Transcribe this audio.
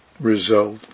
result